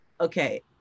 okay